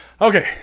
Okay